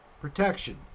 Protection